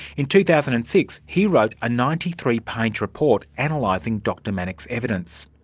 in two thousand and six, he wrote a ninety three page report analysing dr manock's evidence.